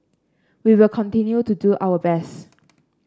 we will continue to do our best